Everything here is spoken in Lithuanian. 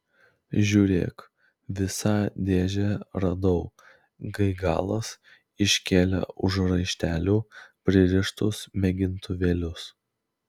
žiūrėk visą dėžę radau gaigalas iškėlė už raištelių pririštus mėgintuvėlius